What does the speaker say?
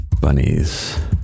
bunnies